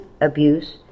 abuse